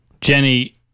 Jenny